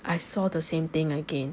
I saw the same thing again